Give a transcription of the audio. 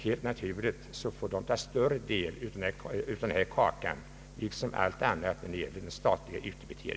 Helt naturligt får dessa då påta sig en större del av kostnaderna för underrätternas lokaler.